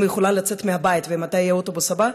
היא יכולה לצאת מהבית ומתי האוטובוס הבא,